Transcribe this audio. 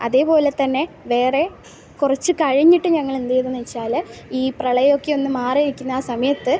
അതുപോലെ തന്നെ വേറെ കുറച്ച് കഴിഞ്ഞിട്ട് ഞങ്ങൾ എന്ത് ചെയ്തെന്ന് വെച്ചാൽ ഈ പ്രളയമൊക്കെ ഒന്ന് മാറി നിൽക്കുന്ന ആ സമയത്ത്